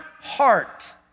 heart